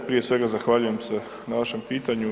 Prije svega zahvaljujem se na vašem pitanju.